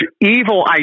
evil